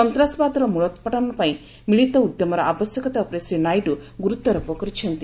ସନ୍ତାସବାଦର ମ୍ବଳୋତ୍ପାଟନ ପାଇଁ ମିଳିତ ଉଦ୍ୟମର ଆବଶ୍ୟକତା ଉପରେ ଶ୍ୱୀ ନାଇଡ଼ ଗୁରୁତ୍ୱାରୋପ କରିଛନ୍ତି